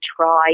try